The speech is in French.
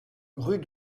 rue